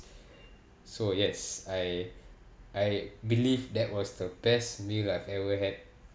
so yes I I believe that was the best meal I've ever had